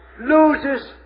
loses